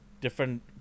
different